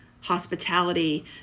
hospitality